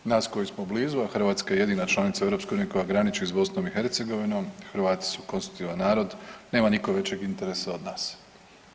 Nas koji smo blizu, a Hrvatska je jedina članica EU koja graniči s BiH, Hrvati su konstitutivan narod, nema nitko većeg interesa od nas.